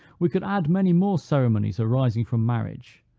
we could add many more ceremonies arising from marriage,